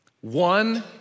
One